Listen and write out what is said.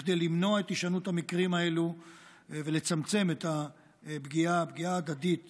כדי למנוע את הישנות המקרים האלו ולצמצם את הפגיעה ההדדית